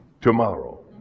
tomorrow